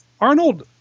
arnold